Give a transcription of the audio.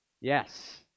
Yes